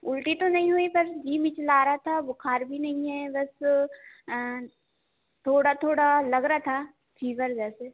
उल्टी तो नहीं हुई पर जी मिचला रहा था बुखार भी नहीं है बस थोड़ा थोड़ा लग रहा था फीवर जैसे